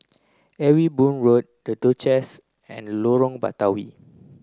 Ewe Boon Road The Duchess and Lorong Batawi